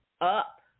up